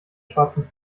schwarzen